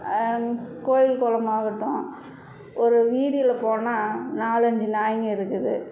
கோவில் குளமாகட்டும் ஒரு வீதியில் போனால் நாலஞ்சு நாய்ங்கள் இருக்குது